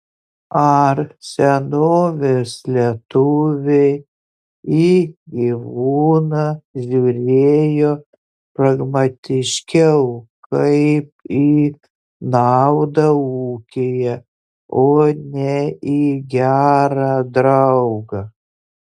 ar senovės lietuviai į gyvūną žiūrėjo pragmatiškiau kaip į naudą ūkyje o ne į gerą draugą